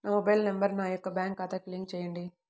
నా mobile number నా యొక్క బ్యాంక్ ఖాతాకి లింక్ చేయండీ?